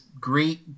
great